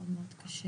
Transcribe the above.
מאוד קשה